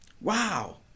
wow